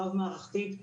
רב מערכתית,